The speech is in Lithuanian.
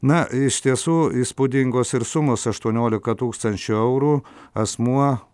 na iš tiesų įspūdingos sumos aštuoniolika tūkstančių eurų asmuo